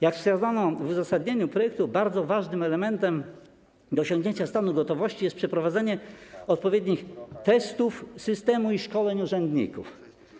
Jak wskazano w uzasadnieniu projektu, bardzo ważnym elementem osiągnięcia stanu gotowości jest przeprowadzenie odpowiednich testów systemu i szkoleń urzędników.